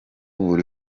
buri